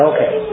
Okay